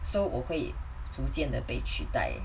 so 我会逐渐的被取代